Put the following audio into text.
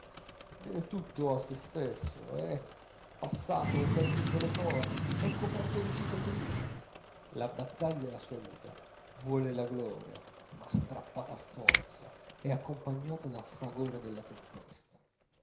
deve tutto a sè stesso è passato per tutte le prove è coperto di cicatrici la battaglia è la sua vita vuole la gloria ma strappata a forza e accompagnata dal fragore della tempesta